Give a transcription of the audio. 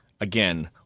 again